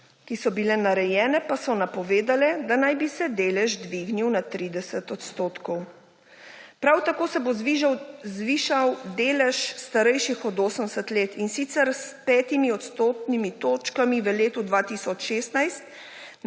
ki so bile narejene pa so napovedale, da naj bi se delež dvignil na 30%, prav tako se bo zvišal dežel starejših od 80 let, in sicer s 5 odstotnimi točkami v letu 2016